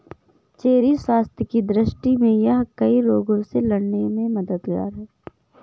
cherry स्वास्थ्य की दृष्टि से यह कई रोगों से लड़ने में मददगार है